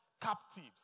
captives